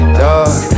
dog